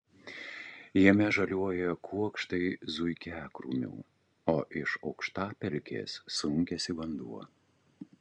jame žaliuoja kuokštai zuikiakrūmių o iš aukštapelkės sunkiasi vanduo